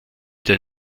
der